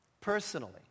personally